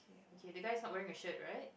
okay the guy is not wearing a shirt right